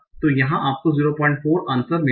तो यहाँ आपको 004 आन्सर मिलेगा